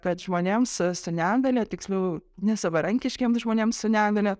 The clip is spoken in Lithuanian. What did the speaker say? kad žmonėms su negalia tiksliau nesavarankiškiems žmonėms su negalia